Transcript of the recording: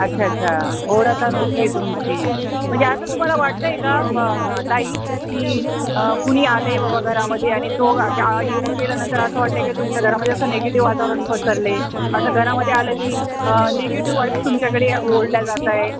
अच्छा अच्छा ओढाताण होते आहे तुमची म्हणजे असं तुम्हाला वाटतं आहे का मग ताई की कुणी आलं आहे बाबा घरामध्ये आणि तो ग्या येऊन गेल्यानंतर असं वाटतं आहे की तुमच्या घरामध्ये असं निगेटिव वातावरण पसरले असं घरामध्ये आलं की निगेटिव वाईब्स तुमच्याकडे ओढल्या जात आहेत